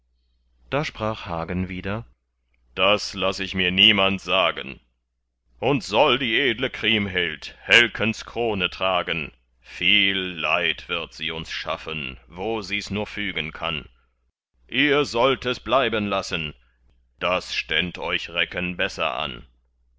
da sprach hagen wieder das laß ich mir niemand sagen und soll die edle kriemhild helkens krone tragen viel leid wird sie uns schaffen wo sie's nur fügen kann ihr sollt es bleiben lassen das ständ euch recken besser an